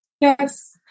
Yes